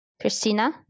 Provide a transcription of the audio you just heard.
Christina